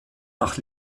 nach